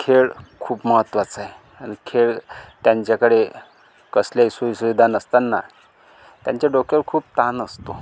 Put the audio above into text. खेळ खूप महत्त्वाचा आहे आणि खेळ त्यांच्याकडे कसल्याही सोयीसुविधा नसताना त्यांच्या डोक्यावर खूप ताण असतो